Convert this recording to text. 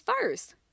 first